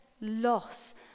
loss